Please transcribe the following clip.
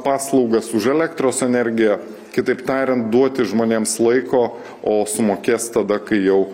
paslaugas už elektros energiją kitaip tariant duoti žmonėms laiko o sumokės tada kai jau